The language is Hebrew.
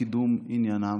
לקידום עניינם.